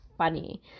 funny